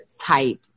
type